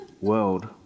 World